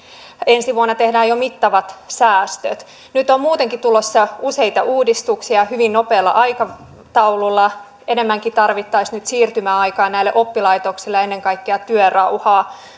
ensi vuonna tehdään jo mittavat säästöt nyt on muutenkin tulossa useita uudistuksia hyvin nopealla aikataululla enemmänkin tarvittaisiin nyt siirtymäaikaa näille oppilaitoksille ja ennen kaikkea työrauhaa